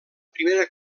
primera